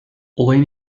olayın